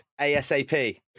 ASAP